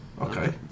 Okay